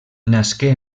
nasqué